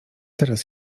teraz